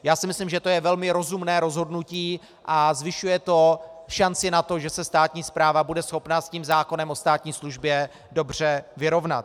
Já si myslím, že je to velmi rozumné rozhodnutí a zvyšuje to šanci na to, že se státní správa bude schopna s tím zákonem o státní službě dobře vyrovnat.